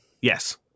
Yes